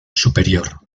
superior